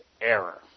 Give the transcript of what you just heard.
error